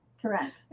Correct